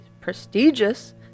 prestigious